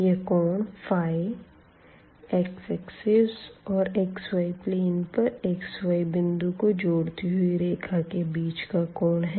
यह कोण x axis और xyप्लेन पर xyबिंदु को जोड़ती हुई रेखा के बीच का कोण है